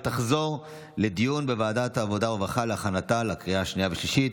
ותחזור לדיון בוועדת העבודה והרווחה להכנתה לקריאה השנייה והשלישית.